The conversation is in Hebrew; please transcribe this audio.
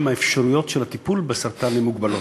האפשרויות של הטיפול בסרטן הן מוגבלות.